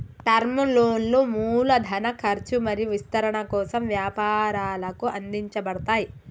term లోన్లు మూలధన ఖర్చు మరియు విస్తరణ కోసం వ్యాపారాలకు అందించబడతయ్